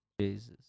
Jesus